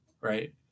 Right